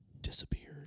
disappeared